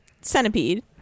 Centipede